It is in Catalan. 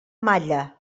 malla